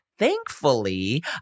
Thankfully